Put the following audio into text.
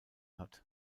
hat